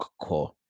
core